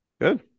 Good